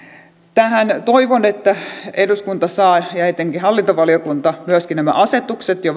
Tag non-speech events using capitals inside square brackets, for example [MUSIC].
tähän toivon että eduskunta saa ja etenkin hallintovaliokunta myöskin nämä asetukset jo [UNINTELLIGIBLE]